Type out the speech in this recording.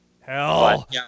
Hell